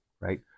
right